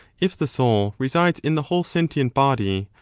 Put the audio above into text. if the soul resides in the whole sentient body,